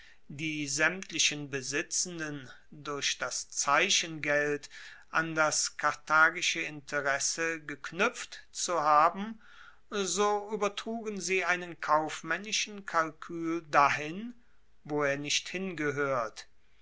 die saemtlichen besitzenden durch das zeichengeld an das karthagische interesse geknuepft zu haben so uebertrugen sie einen kaufmaennischen kalkuel dahin wo er nicht hingehoert